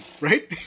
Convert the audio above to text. right